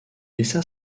laissa